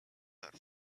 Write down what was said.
not